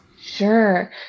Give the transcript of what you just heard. Sure